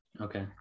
Okay